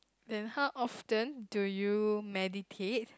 then how often do you meditate